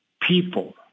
people